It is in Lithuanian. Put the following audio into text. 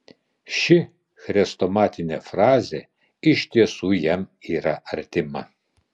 ši chrestomatinė frazė iš tiesų jam yra artima